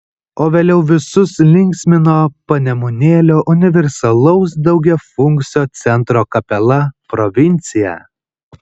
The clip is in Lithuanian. o vėliau visus linksmino panemunėlio universalaus daugiafunkcio centro kapela provincija